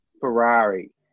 Ferrari